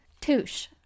Touche